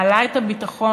מעלה את הביטחון,